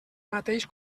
mateix